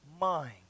mind